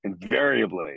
invariably